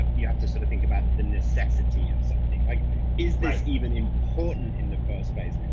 and you have to sort of think about and the necessity of something like is this even important in the first place?